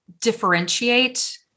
differentiate